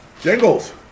Jingles